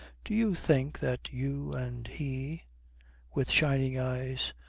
do you think that you and he with shining eyes,